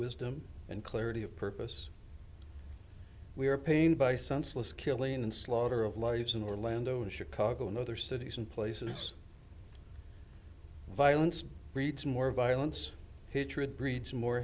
wisdom and clarity of purpose we are pained by senseless killing and slaughter of lives in orlando and chicago and other cities and places violence breeds more violence hatred breeds more